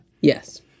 yes